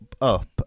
up